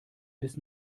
bis